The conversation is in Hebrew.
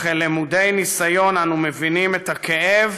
וכלמודי ניסיון אנו מבינים את הכאב